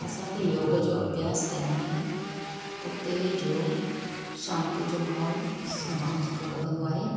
असांखे योग जो अभ्यास करण में उते जो शांतीअ जो माहौल तमामु सुठो लॻंदो आहे